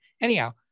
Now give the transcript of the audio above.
Anyhow